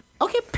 okay